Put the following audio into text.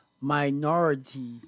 minority